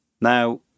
Now